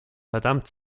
verdammt